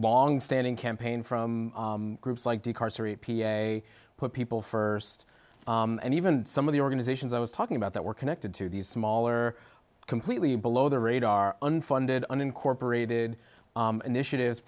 long standing campaign from groups like to put people st and even some of the organizations i was talking about that were connected to these smaller completely below the radar unfunded unincorporated initiatives